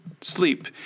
sleep